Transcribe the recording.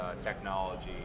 technology